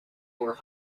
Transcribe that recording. were